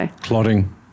Clotting